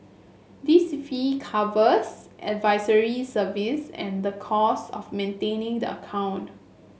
this fee covers advisory services and the cost of maintaining the account